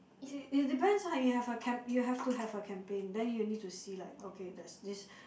it it depends you have a you you have to have a campaign then you need to see like okay there's this